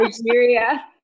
Nigeria